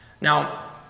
Now